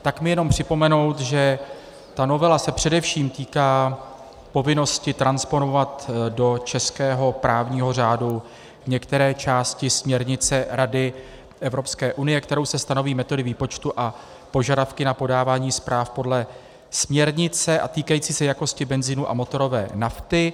Chci jenom připomenout, že se novela týká především povinnosti transponovat do českého právního řádu některé části směrnice Rady Evropské unie, kterou se stanoví metody výpočtu a požadavky na podávání zpráv podle směrnice, týkající se jakosti benzinu a motorové nafty.